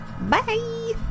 bye